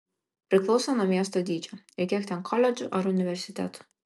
priklauso nuo miesto dydžio ir kiek ten koledžų ar universitetų